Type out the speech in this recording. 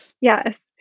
Yes